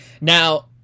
Now